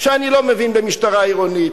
שאני לא מבין במשטרה עירונית,